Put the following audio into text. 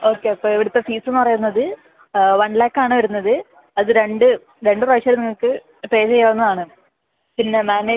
okay അപ്പോൾ ഇവിടുത്തെ fees എന്ന് പറയുന്നത് വൺ ലാക്ക് ആണ് വരുന്നത് അത് രണ്ട് രണ്ട് പ്രാവശ്യം അത് നിങ്ങൾക്ക് പേ ചെയ്യാവുന്നതാണ് പിന്നെ മാനേജ്